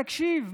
תקשיב,